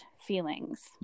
feelings